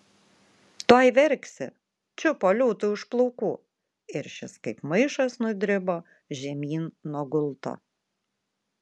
tuoj verksi čiupo liūtui už plaukų ir šis kaip maišas nudribo žemyn nuo gulto